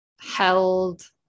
held